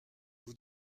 vous